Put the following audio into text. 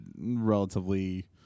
relatively